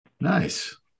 Nice